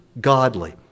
godly